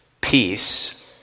peace